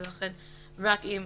ולכן רק אם